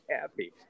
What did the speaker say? happy